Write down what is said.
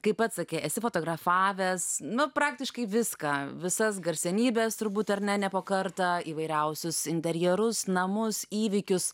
kaip pats sakei esi fotografavęs nu praktiškai viską visas garsenybes turbūt ar ne po kartą įvairiausius interjerus namus įvykius